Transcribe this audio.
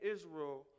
Israel